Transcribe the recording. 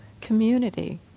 Community